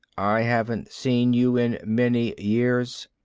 i haven't seen you in many years.